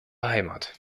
heimat